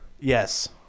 Yes